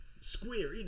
Square